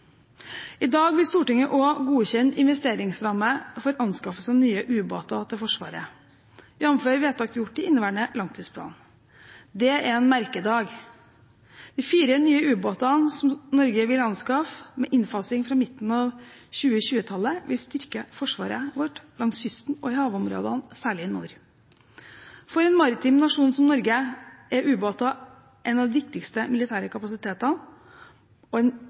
I dag vil Stortinget også godkjenne investeringsramme for anskaffelse av nye ubåter til Forsvaret, jf. vedtak gjort i forbindelse med inneværende langtidsplan. Det er en merkedag. De fire nye ubåtene som Norge vil anskaffe, med innfasing fra midten av 2020-tallet, vil styrke forsvaret vårt langs kysten og i havområdene, særlig i nord. For en maritim nasjon som Norge er ubåter en av de viktigste militære kapasitetene og en